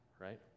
right